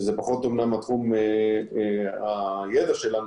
שזה פחות אמנם הידע שלנו,